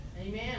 Amen